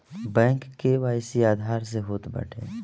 bank KYC Aadhaar से होत बाटे